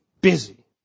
busy